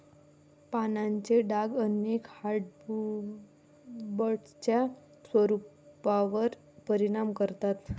पानांचे डाग अनेक हार्डवुड्सच्या स्वरूपावर परिणाम करतात